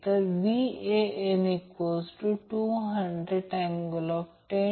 मी ते 0 का आहे ते दाखवतो जर ते तसे केले तर ते 0 होईल